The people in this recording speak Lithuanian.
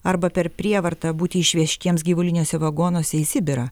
arba per prievartą būti išvežtiems gyvuliniuose vagonuose į sibirą